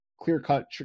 clear-cut